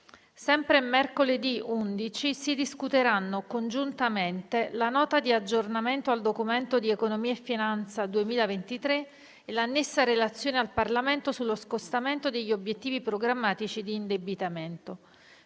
Sempre mercoledì 11 si discuteranno congiuntamente la Nota di aggiornamento al Documento di economia e finanza 2023 e l'annessa Relazione al Parlamento sullo scostamento dagli obiettivi programmatici di indebitamento.